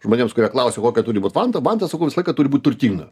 žmonėms kurie klausia kokia turi būt vanta man tai sakau visą laiką turi būt turtinga